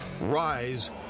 rise